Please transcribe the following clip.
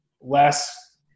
less